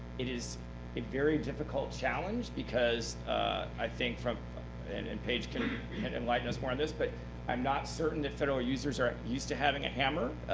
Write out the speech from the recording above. is a very difficult challenge because i think and and paige can enlighten us more on this, but i'm not certain that federal users are used to having a hammer,